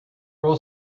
roll